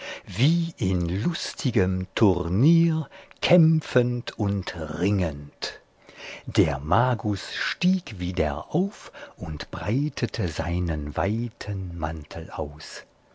wie in lustigem turnier kämpfend und ringend der magus stieg wieder auf und breitete seinen weiten mantel aus